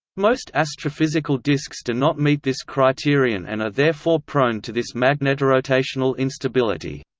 most astrophysical disks do not meet this criterion and are therefore prone to this magnetorotational instability.